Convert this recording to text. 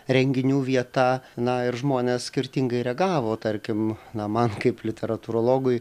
renginių vieta na ir žmonės skirtingai reagavo tarkim na man kaip literatūrologui